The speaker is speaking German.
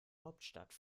hauptstadt